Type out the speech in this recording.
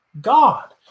God